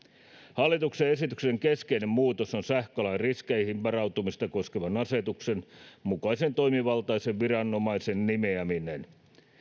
hallituksen esityksen keskeinen muutos on sähköalan riskeihin varautumista koskevan asetuksen mukaisen toimivaltaisen viranomaisen nimeäminen